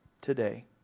today